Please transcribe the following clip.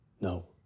no